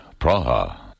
Praha